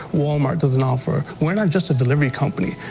walmart doesn't offer. we're not just a delivery company,